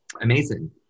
Amazing